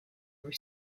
were